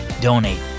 donate